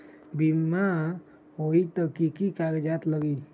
बिमा होई त कि की कागज़ात लगी?